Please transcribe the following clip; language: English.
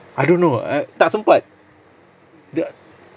I don't know I tak sempat g~